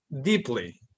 deeply